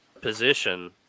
position